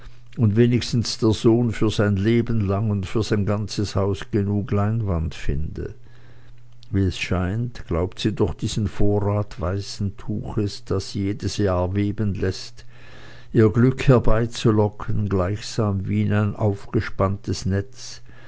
und wenigstens der sohn für sein leben lang und für sein ganzes haus genug leinwand finde wie es scheint glaubt sie durch diesen vorrat weißen tuches das sie jedes jahr weben läßt ihr glück herbeizulocken gleichsam wie in ein aufgespanntes netz